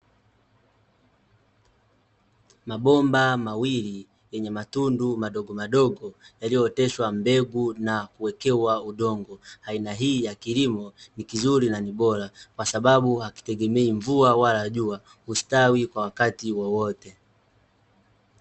Mabomba mawili yenye matundu madogo madogo yaliyooteshwa mbegu na kuwekewa udongo, aina hii ya kilimo ni kizuri na ni bora kwasababu hakitegemei mvua wala jua, hustawi kwa wakati wowote.